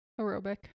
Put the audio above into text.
Aerobic